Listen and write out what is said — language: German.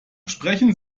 sprechen